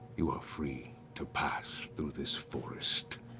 you are free to pass through this forest.